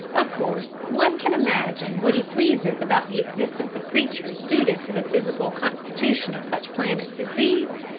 of course, one can imagine what he pleases about the existence of creatures suited to the physical constitution of such planets as these,